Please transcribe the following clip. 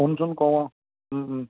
phone চোন কৰোঁ